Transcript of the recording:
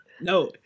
No